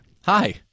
Hi